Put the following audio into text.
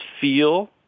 feel